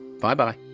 Bye-bye